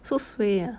so suay ah